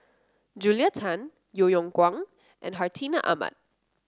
Julia Tan Yeo Yeow Kwang and Hartinah Ahmad